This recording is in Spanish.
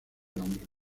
nombres